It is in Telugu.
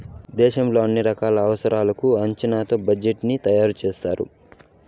దేశంలో అన్ని రకాల అవసరాలకు అంచనాతో బడ్జెట్ ని తయారు చేస్తారు